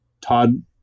Todd